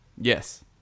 yes